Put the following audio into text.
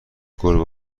گربه